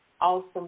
awesome